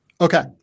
Okay